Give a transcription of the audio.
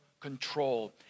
control